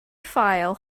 file